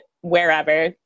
wherever